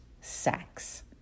sex